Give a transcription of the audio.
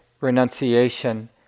renunciation